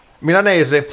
Milanese